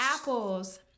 apples